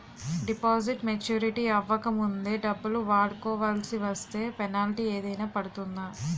Deposit maturity అవ్వక ముందే డబ్బులు వాడుకొవాల్సి వస్తే పెనాల్టీ ఏదైనా పడుతుందా?